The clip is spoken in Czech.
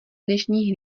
dnešních